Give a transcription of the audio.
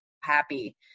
happy